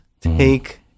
take